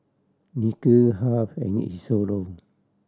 Nikhil Harve and Isidro